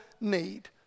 need